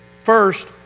First